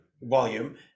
volume